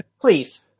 please